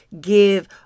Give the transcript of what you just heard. give